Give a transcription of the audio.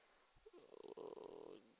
err